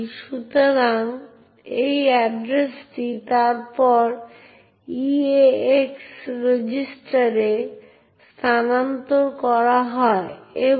উদাহরণস্বরূপ যখন একটি প্রক্রিয়া একটি চাইল্ড প্রসেস তৈরি করে তখন একটি চাইল্ড প্রসেস সমস্ত ফাইল ডেস্ক্রিপ্টরের উত্তরাধিকারী হতে পারে